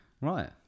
Right